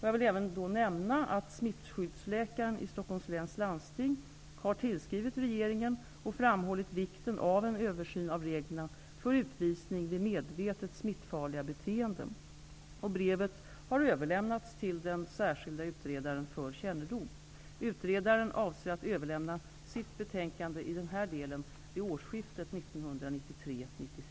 Jag vill även nämna att smittskyddsläkaren i Stockholms läns landsting har tillskrivit regeringen och framhållit vikten av en översyn av reglerna för utvisning vid medvetet smittfarliga beteenden. Brevet har överlämnats till den särskilda utredaren för kännedom. Utredaren avser att överlämna sitt betänkande i denna del vid årsskiftet 1993/94.